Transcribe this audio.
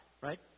right